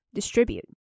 Distribute